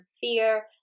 fear